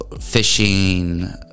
fishing